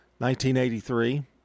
1983